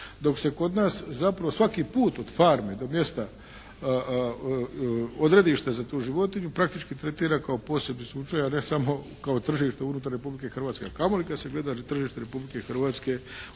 Dok se kod nas zapravo svaki put od farme do mjesta odredišta za tu životinju praktički tretira kao posebni slučaj, a ne samo kao tržište unutar Republike Hrvatske, a kamo li kad se gleda tržište Republike Hrvatske